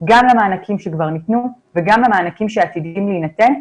גם למענקים שכבר ניתנו וגם למענקים שעתידים להינתן.